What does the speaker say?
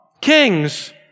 Kings